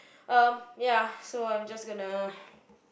um ya so I'm just gonna